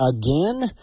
again